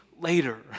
later